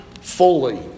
fully